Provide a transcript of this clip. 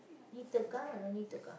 need to come or no need to come